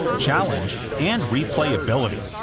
challenge, and replayability,